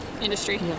industry